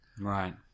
Right